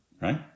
right